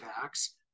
tax